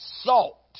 salt